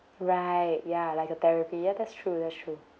right ya like a therapy ya that's true that's true